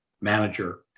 manager